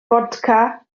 fodca